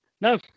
No